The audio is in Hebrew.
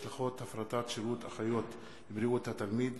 השלכות הפרטת שירות אחיות בריאות התלמיד,